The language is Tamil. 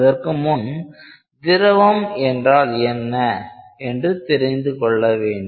அதற்குமுன் திரவம் என்றால் என்ன என்று தெரிந்து கொள்ள வேண்டும்